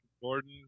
Gordon